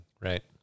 Right